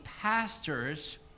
pastors